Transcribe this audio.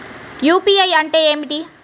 UPI అంటే ఏమిటి?